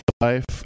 life